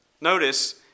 Notice